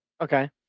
Okay